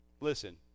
Listen